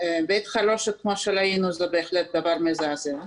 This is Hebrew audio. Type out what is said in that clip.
בית חרושת כמו שראינו זה בהחלט דבר מזעזע.